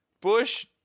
Bush